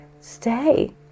Stay